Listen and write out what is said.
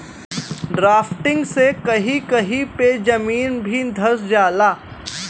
drafting से कही कही पे जमीन भी धंस जाला